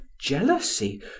jealousy